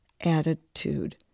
attitude